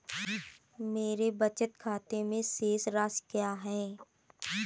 मेरे बचत खाते में शेष राशि क्या है?